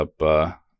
up –